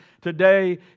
today